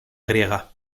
griega